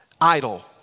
idle